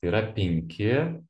tai yra penki